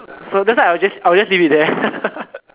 so that's why I will just I will just leave it there